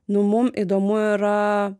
nu mum įdomu yra